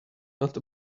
not